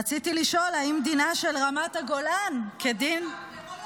רציתי לשאול: האם דינה של רמת הגולן כדין --- פשוט